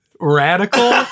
radical